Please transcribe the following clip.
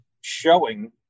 showing